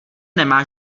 nemá